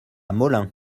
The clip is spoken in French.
molain